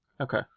Okay